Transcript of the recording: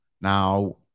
Now